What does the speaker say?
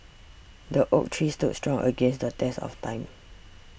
the oak tree stood strong against the test of time